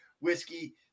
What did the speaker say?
whiskey